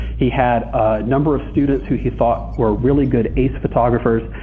he has a number of students who he thought were really good ace photographers.